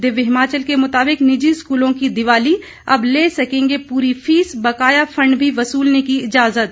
दिव्य हिमाचल के मुताबिक निजी स्कूलों की दीवाली अब ले सकेंगे पूरी फीस बकाया फंड भी वसूलने की इजाजत